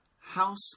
House